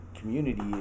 community